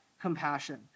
compassion